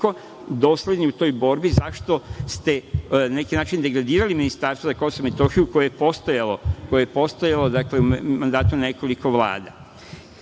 dosledni u toj borbi, zašto ste na neki način degradirali Ministarstvo za Kosovo i Metohiju, koje je postojalo u mandatu nekoliko vlada?S